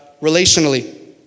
relationally